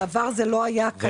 בעבר זה לא היה קיים.